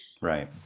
Right